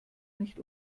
nicht